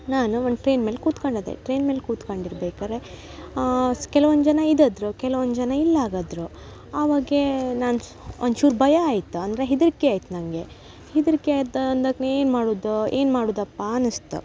ನಾನು ಒಂದು ಟ್ರೇನ್ ಮೇಲೆ ಕೂತ್ಕೊಂಡಿದ್ದೆ ಟ್ರೇನ್ ಮೇಲೆ ಕೂತ್ಕೊಂಡು ಇರ್ಬೇಕಾರೆ ಸ್ ಕೆಲ್ವೊಂದು ಜನ ಇದ್ದಿದ್ರು ಕೆಲ್ವೊಂದು ಜನ ಇಲ್ಲಾಗಿದ್ರು ಅವಾಗ ನಾನು ಚ್ ಒಂಚೂರು ಭಯ ಆಯ್ತು ಅಂದರೆ ಹೆದರಿಕೆ ಆಯ್ತು ನನಗೆ ಹೆದರಿಕೆ ಆದ ಅಂದಾಗ್ಲೇ ಏನು ಮಾಡುದು ಏನು ಮಾಡುದಪ್ಪ ಅನಿಸ್ತು